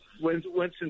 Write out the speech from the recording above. Winston